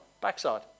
backside